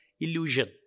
illusion